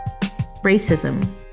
Racism